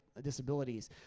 disabilities